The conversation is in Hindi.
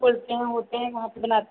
होते है होते हैं वहाँ पर बना